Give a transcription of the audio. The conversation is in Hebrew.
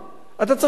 אתה צריך את המנגנון.